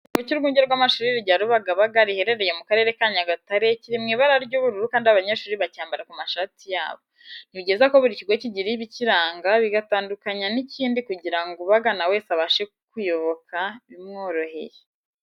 Ikirango cy'urwunge rw'amashuri rya Rubagabaga riherereye mu karere ka Nyagatare kiri mu ibara ry'ubururu kandi abanyeshuri bacyambara ku mashati yabo. Ni byiza ko buri kigo kigira ibikiranga bigitandukanya n'ikindi kugirangi ubagana wese abashe kuyoboka bimworoheye.